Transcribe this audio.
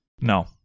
No